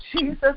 Jesus